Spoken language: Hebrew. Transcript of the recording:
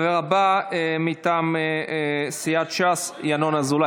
הדובר הבא, מטעם סיעת ש"ס, ינון אזולאי.